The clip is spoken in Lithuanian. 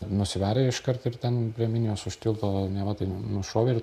nusivarė iškart ir ten prie minijos už tilto neva tai nušovė ir